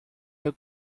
der